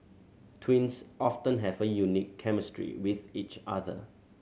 twins often have a unique chemistry with each other